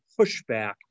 pushback